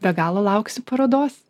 be galo lauksiu parodos